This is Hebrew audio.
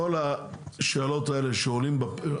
כל השאלות האלה שעולות,